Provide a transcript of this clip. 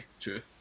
true